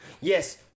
Yes